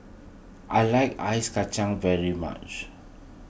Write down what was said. I like Ice Kachang very much